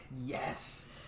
Yes